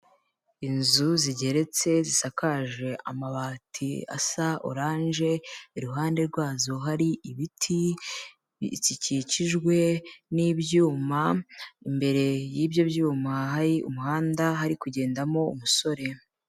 Inzu zigeretse zisakaje amabati asa orange, iruhande rwazo hari ibiti bikikijwe n'ibyuma, imbere y'ibyo byuma hari umuhanda hari kugendamo umusore.